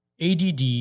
add